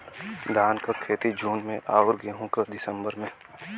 धान क खेती जून में अउर गेहूँ क दिसंबर में?